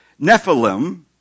Nephilim